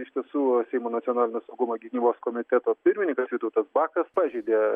iš tiesų seimo nacionalinio saugumo gynybos komiteto pirmininkas vytautas bakas pažeidė